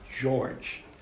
George